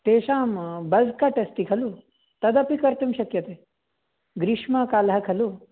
तेषं bulk cut अस्ति खलु तदपि कर्तुं शक्यते ग्रीष्मकालः खलु